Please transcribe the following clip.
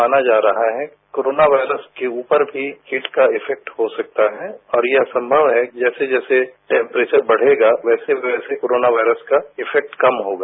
माना जा रहा है कि कोरोना वायरस के उपर भी हीट का इफैक्ट हो सकता है और यह संभव है कि जैसे जैसे टैम्प्रेचर बढ़ेगा वैसे वैसे कोरोना वायरस का इफैक्ट कम होगा